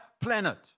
planet